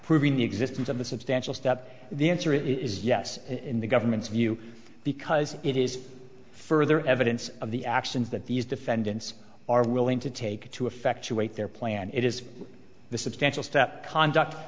proving the existence of a substantial step the answer is yes in the government's view because it is further evidence of the actions that these defendants are willing to take to effect to wait their planned it is the substantial step conduct